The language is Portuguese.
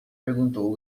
perguntou